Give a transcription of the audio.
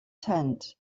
tent